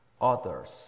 others